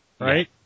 right